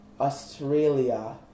Australia